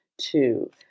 two